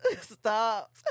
Stop